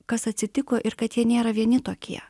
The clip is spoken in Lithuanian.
kas atsitiko ir kad jie nėra vieni tokie